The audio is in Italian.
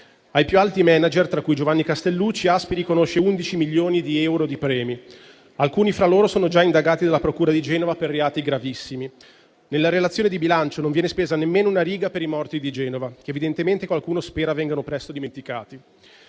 Ai più alti *manager*, tra cui Giovanni Castellucci, ASPI riconosce 11 milioni di euro di premi. Alcuni fra loro sono già indagati dalla procura di Genova per reati gravissimi. Nella relazione di bilancio non viene spesa nemmeno una riga per i morti di Genova, che, evidentemente, qualcuno spera vengano presto dimenticati.